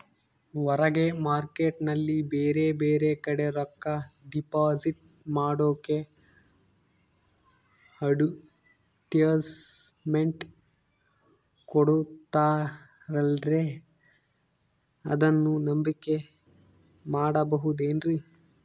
ಹೊರಗೆ ಮಾರ್ಕೇಟ್ ನಲ್ಲಿ ಬೇರೆ ಬೇರೆ ಕಡೆ ರೊಕ್ಕ ಡಿಪಾಸಿಟ್ ಮಾಡೋಕೆ ಅಡುಟ್ಯಸ್ ಮೆಂಟ್ ಕೊಡುತ್ತಾರಲ್ರೇ ಅದನ್ನು ನಂಬಿಕೆ ಮಾಡಬಹುದೇನ್ರಿ?